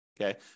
okay